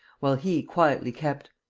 while he quietly kept.